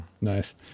nice